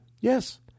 Yes